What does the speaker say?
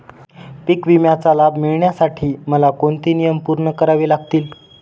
पीक विम्याचा लाभ मिळण्यासाठी मला कोणते नियम पूर्ण करावे लागतील?